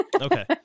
Okay